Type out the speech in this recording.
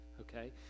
okay